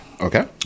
Okay